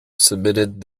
submitted